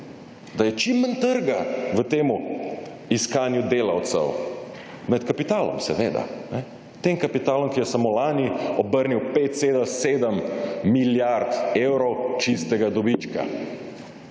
Da je čim manj trga v tem iskanju delavcev – med kapitalom seveda. Tem kapitalom, ki je samo lani obrnil 5,7 milijard evrov čistega dobička.